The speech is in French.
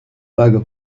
vague